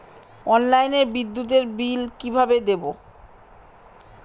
অনলাইনে বিদ্যুতের বিল কিভাবে দেব?